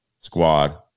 squad